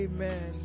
Amen